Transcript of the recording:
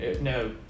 No